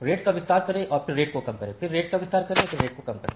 rate का विस्तार करें और फिर रेट को कम करें फिर से रेट का विस्तार करें रेट को कम करें